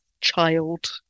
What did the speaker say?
child